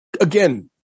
again